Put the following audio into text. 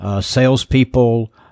Salespeople